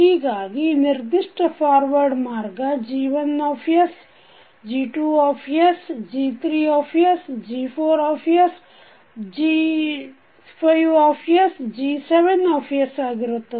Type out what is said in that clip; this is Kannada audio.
ಹೀಗಾಗಿ ನಿರ್ದಿಷ್ಟ ಫಾರ್ವರ್ಡ್ ಮಾರ್ಗ G1sG2sG3 sG4sG5sG7 ಆಗಿರುತ್ತದೆ